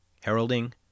heralding